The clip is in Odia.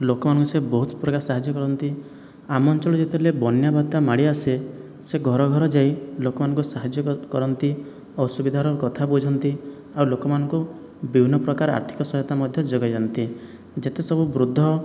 ଲୋକମାନଙ୍କୁ ସେ ବହୁତ ପ୍ରକାର ସାହାଯ୍ୟ କରନ୍ତି ଆମ ଅଞ୍ଚଳରେ ଯେତେବେଳେ ବନ୍ୟାବାତ୍ୟା ମାଡ଼ି ଆସେ ସେ ଘର ଘର ଯାଇ ଲୋକମାନଙ୍କ ସାହାଯ୍ୟ କରନ୍ତି ଅସୁବିଧାର କଥା ବୁଝନ୍ତି ଆଉ ଲୋକମାନଙ୍କୁ ବିଭିନ୍ନ ପ୍ରକାର ଆର୍ଥିକ ସହାୟତା ମଧ୍ୟ ଯୋଗାଇଦିଅନ୍ତି ଯେତେ ସବୁ ବୃଦ୍ଧ